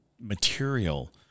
material